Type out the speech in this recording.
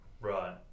Right